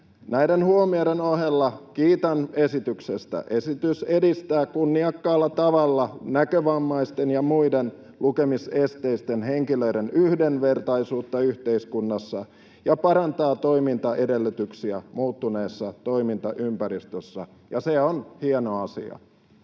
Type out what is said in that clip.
Näiden huomioiden ohella kiitän esityksestä. Esitys edistää kunniakkaalla tavalla näkövammaisten ja muiden lukemisesteisten henkilöiden yhdenvertaisuutta yhteiskunnassa ja parantaa toimintaedellytyksiä muuttuneessa toimintaympäristössä, ja se on hieno asia.